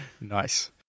Nice